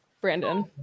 Brandon